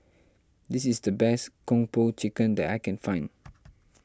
this is the best Kung Po Chicken that I can find